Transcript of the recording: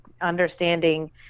understanding